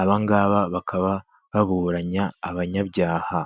aba ngaba bakaba baburanya abanyabyaha.